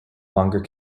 longer